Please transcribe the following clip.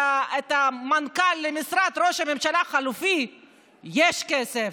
את המנכ"ל למשרד ראש הממשלה החלופי יש כסף,